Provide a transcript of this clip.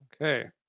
Okay